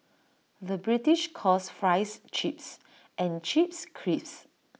the British calls Fries Chips and Chips Crisps